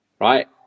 right